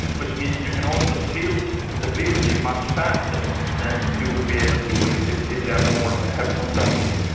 which means you can also build the building much faster than you would be able to if if you have a more like heavy construction.